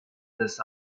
des